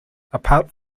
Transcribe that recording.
apart